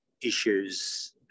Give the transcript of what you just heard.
issues